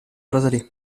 trasalì